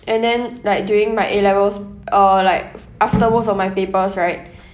and then like during my A levels uh like after most of my papers right